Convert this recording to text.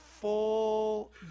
full